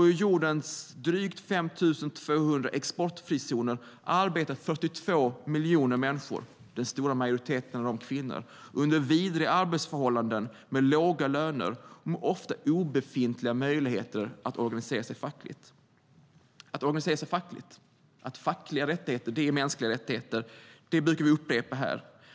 I jordens drygt 5 200 exportfrizoner arbetar 42 miljoner människor, den stora majoriteten är kvinnor, under vidriga arbetsförhållanden, med låga löner och med ofta obefintliga möjligheter att organisera sig fackligt. Att fackliga rättigheter är mänskliga rättigheter brukar vi upprepa här.